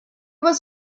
was